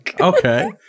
Okay